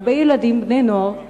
והרבה ילדים, בני נוער,